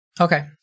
Okay